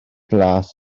glas